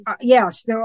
yes